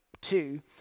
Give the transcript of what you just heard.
Two